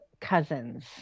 cousins